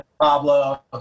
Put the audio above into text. Pablo